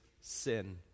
sin